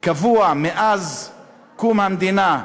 קבוע מאז קום המדינה,